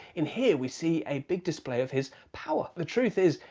in here we see a big display of his power. the truth is,